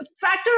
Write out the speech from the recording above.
factor